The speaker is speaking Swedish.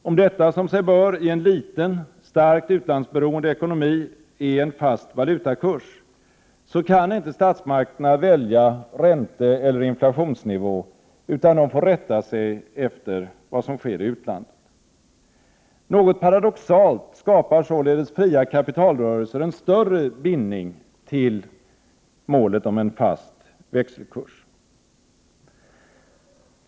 Om detta, som sig bör i en liten, starkt utlandsberoende ekonomi, är en fast växelkurs, kan inte statsmakterna välja ränteeller inflationsnivå utan får rätta sig efter vad som sker i utlandet. Något paradoxalt skapar således fria kapitalrörelser en större bindning till målet om en fast växelkurs.